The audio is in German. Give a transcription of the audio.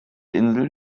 insel